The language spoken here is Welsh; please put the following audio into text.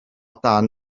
dan